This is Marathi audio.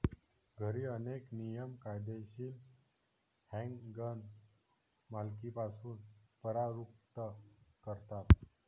घरी, अनेक नियम कायदेशीर हँडगन मालकीपासून परावृत्त करतात